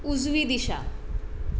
उजवी दिशा